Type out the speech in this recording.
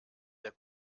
der